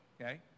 okay